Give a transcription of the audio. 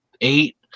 eight